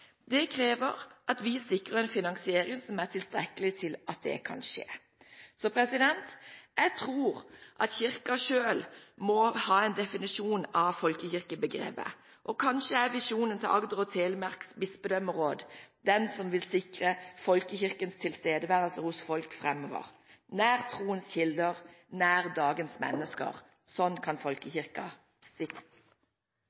Det krever at vi sikrer en finansiering som er tilstrekkelig til at det kan skje. Jeg tror at Kirken selv må ha en definisjon av folkekirkebegrepet, og kanskje er visjonen til Agder og Telemark bispedømmeråd den som vil sikre folkekirkens tilstedeværelse hos folk framover: «Nær troens kilder, nær dagens mennesker.» Sånn kan folkekirken sikres. Takk til dem som har deltatt i